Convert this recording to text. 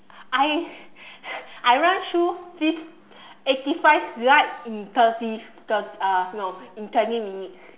I I run through this eighty five slide in thirty thirty uh no in twenty minutes